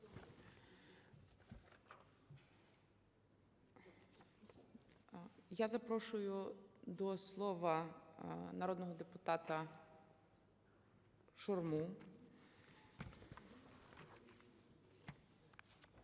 Я запрошую до слова народного депутата Шурму.